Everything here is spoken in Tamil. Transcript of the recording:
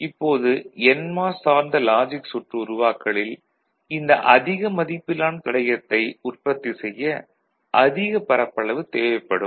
இப்போது என்மாஸ் சார்ந்த லாஜிக் சுற்று உருவாக்கலில் இந்த அதிக மதிப்பிலான தடையத்தை உற்பத்தி செய்ய அதிக பரப்பளவு தேவைப்படும்